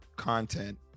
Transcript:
content